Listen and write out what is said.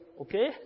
okay